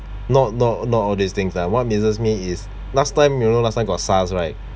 not not not all these things lah what amazes me is last time you know last time got SARS right